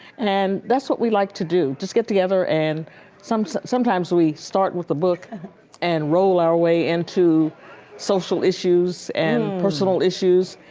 and that's what we like to do. just get together and sometimes sometimes we start with the book and roll our way into social issues and personal issues.